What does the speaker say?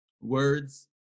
words